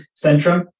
Centrum